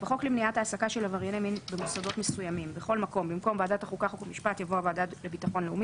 (ב)בחוק לתיקון פקודת בתי הסוהר (מס' 57 והוראות שעה),